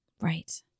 Right